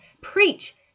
Preach